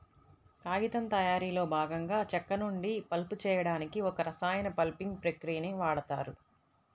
కాగితం తయారీలో భాగంగా చెక్క నుండి పల్ప్ చేయడానికి ఒక రసాయన పల్పింగ్ ప్రక్రియని వాడుతారు